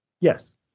yes